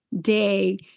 day